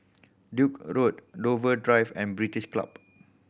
Duke A Road Dover Drive and British Club